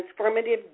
transformative